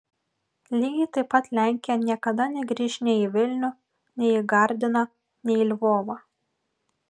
lygiai taip pat lenkija niekada negrįš nei į vilnių nei į gardiną nei į lvovą